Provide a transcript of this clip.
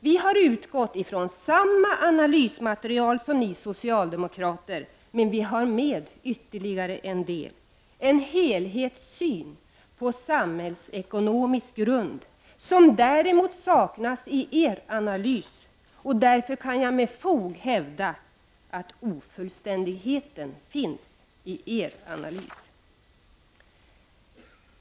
Vi har utgått ifrån samma analysmaterial som ni socialdemokrater, men vi har med ytterligare en del — en helhetssyn på samhällsekonomisk grund — som däremot saknas i er analys, och därför kan jag med fog hävda att ofullständigheten finns i er analys.